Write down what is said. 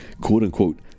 quote-unquote